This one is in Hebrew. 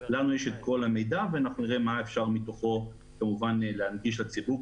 לנו יש את כל המידע ואנחנו נראה מה אפשר מתוכו להנגיש לציבור,